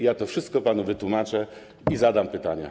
Ja to wszystko panu wytłumaczę i zadam pytania.